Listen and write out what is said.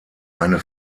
eine